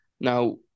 Now